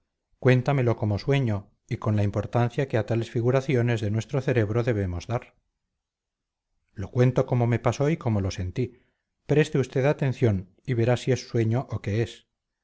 cuéntamelo como sueño y con la importancia que a tales figuraciones de nuestro cerebro debemos dar lo cuento como me pasó y como lo sentí preste usted atención y verá si es sueño o qué es